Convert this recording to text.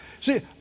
See